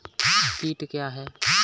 कीट क्या है?